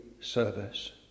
service